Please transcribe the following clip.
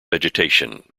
vegetation